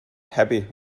happy